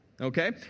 okay